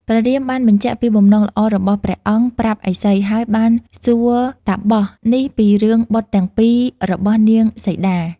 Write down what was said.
ព្រះរាមបានបញ្ជាក់ពីបំណងល្អរបស់ព្រះអង្គប្រាប់ឥសី ហើយបានសួរតាបសនេះពីរឿងបុត្រទាំងពីររបស់ នាងសីតា។